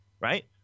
right